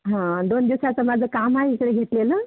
हां दोन दिवसाचं माझं काम आहे इकडे घेतलेलं